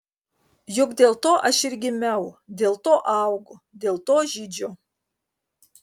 juk dėl to aš ir gimiau dėl to augu dėl to žydžiu